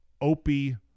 opie